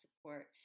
support